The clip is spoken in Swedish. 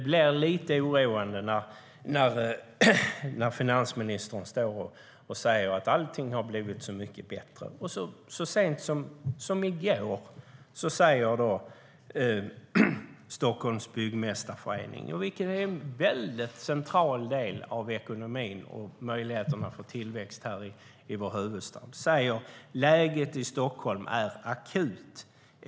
Det är lite oroande när finansministern säger att allt har blivit så mycket bättre samtidigt som Stockholms Byggmästareförening, som är en central del av ekonomin och möjligheterna för tillväxt här i huvudstaden, så sent som i går sade att "läget i Stockholm är akut.